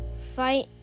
fight